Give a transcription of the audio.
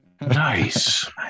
nice